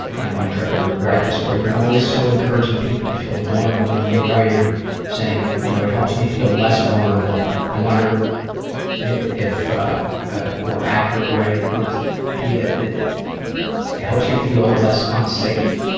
and want to try to write this for you, but i'm always so encouraging people to feel vulnerable, and you writing saying, you know it helps me feel less vulnerable, i wonder if a more accurate way would be that it helps you feel less unsafe,